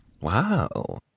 Wow